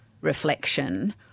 reflection